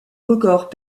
records